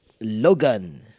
Logan